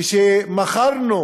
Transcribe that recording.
כשמכרנו